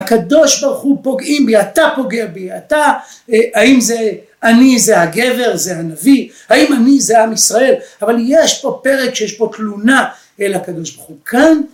הקדוש ברוך הוא פוגעים בי, אתה פוגע בי, אתה… האם זה אני, זה הגבר, זה הנביא? האם אני זה עם ישראל? אבל יש פה פרק שיש פה תלונה אל הקדוש ברוך הוא. כאן…